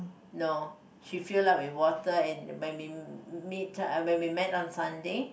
no she fill up with water when we meet uh when we met on Sunday